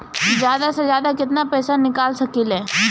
जादा से जादा कितना पैसा निकाल सकईले?